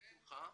בשמחה.